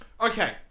Okay